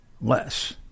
less